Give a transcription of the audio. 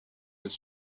les